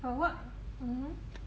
but what